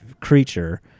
creature